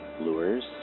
lures